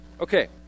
Okay